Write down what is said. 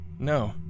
No